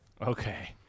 okay